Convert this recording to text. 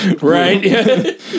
right